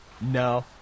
No